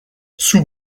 sous